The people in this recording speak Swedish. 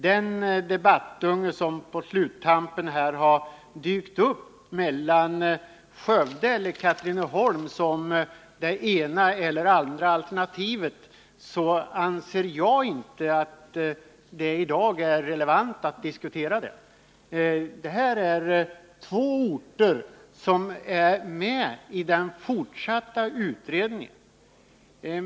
Den debattunge som dykt upp på sluttampen om ett val mellan Skövde och Katrineholm som det ena eller andra alternativet anser jag det inte relevant att diskutera i dag. Dessa två orter är båda med i den fortsatta utredningen.